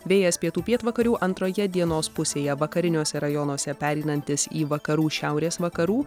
vėjas pietų pietvakarių antroje dienos pusėje vakariniuose rajonuose pereinantis į vakarų šiaurės vakarų